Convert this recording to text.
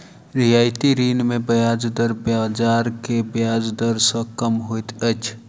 रियायती ऋण मे ब्याज दर बाजार के ब्याज दर सॅ कम होइत अछि